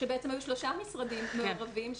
שהיו שלושה משרדים מעורבים,